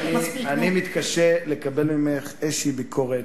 אני מתקשה לקבל ממך איזו ביקורת,